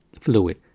fluid